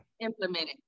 implemented